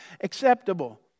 Acceptable